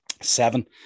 seven